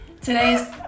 Today's